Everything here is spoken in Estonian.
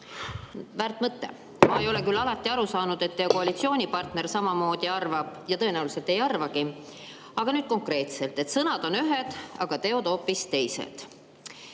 Väärt mõte. Ma ei ole küll aru saanud, et teie koalitsioonipartner alati samamoodi arvaks, ja tõenäoliselt ei arvagi. Aga nüüd konkreetselt, sõnad on ühed, aga teod hoopis teised.